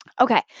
Okay